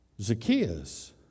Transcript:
Zacchaeus